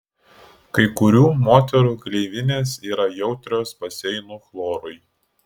kai kurių moterų gleivinės yra jautrios baseinų chlorui